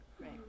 right